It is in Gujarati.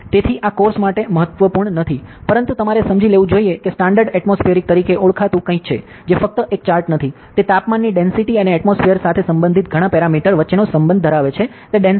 તેથી આ કોર્સ માટે મહત્વપૂર્ણ નથી પરંતુ તમારે સમજી લેવું જોઈએ કે સ્ટાન્ડર્ડ એટમોસ્ફિએરિક ચાર્ટ તરીકે ઓળખાતું કંઈક છે જે ફક્ત એક ચાર્ટ નથી તે તાપમાનની ડેંસિટી અને એટમોસ્ફિઅર સાથે સંબંધિત ઘણા પેરમીટરસ વચ્ચેનો સંબંધ ધરાવે છે તે ડેંસિટી છે